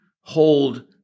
hold